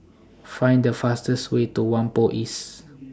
Find The fastest Way to Whampoa East